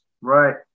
Right